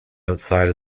outside